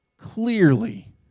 clearly